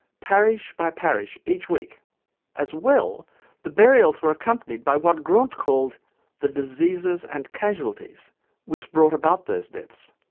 parish by parish, each week as well the burials were accompanied by what graunt called the diseases and casualties which brought about those deaths.